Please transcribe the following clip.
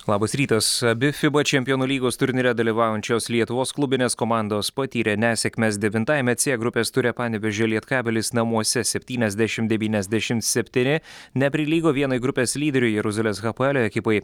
labas rytas abi fiba čempionų lygos turnyre dalyvaujančios lietuvos klubinės komandos patyrė nesėkmes devintajame c grupės ture panevėžio lietkabelis namuose septyniasdešim devyniasdešim septyni neprilygo vienai grupės lyderių jeruzalės hapoelio ekipai